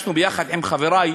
שהגשתי יחד עם חברי,